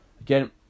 Again